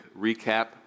recap